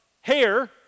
hair